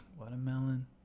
Watermelon